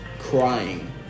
Crying